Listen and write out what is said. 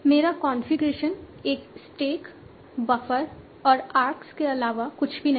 मेरा कॉन्फ़िगरेशन एक stack buffer और आर्क्स के अलावा कुछ भी नहीं है